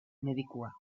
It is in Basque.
medikua